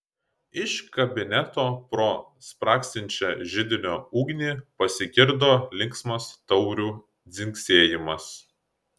iš kabineto pro spragsinčią židinio ugnį pasigirdo linksmas taurių dzingsėjimas